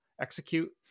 execute